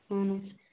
اَہَن حظ